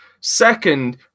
Second